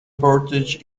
portage